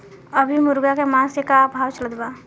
अभी मुर्गा के मांस के का भाव चलत बा?